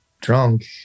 drunk